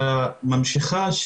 אלא ממשיכה,